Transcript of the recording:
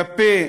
כלפי